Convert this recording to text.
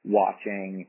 watching